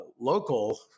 local